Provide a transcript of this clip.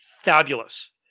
fabulous